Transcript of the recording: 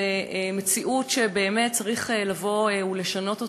זה מציאות שבאמת צריך לבוא ולשנות אותה.